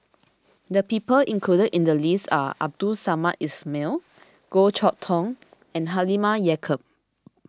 the people included in the list are Abdul Samad Ismail Goh Chok Tong and Halimah Yacob